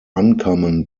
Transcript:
uncommon